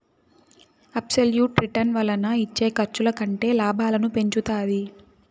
absolute return వలన వచ్చే ఖర్చుల కంటే లాభాలను పెంచుతాది